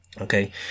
Okay